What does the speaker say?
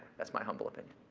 that's my humble opinion.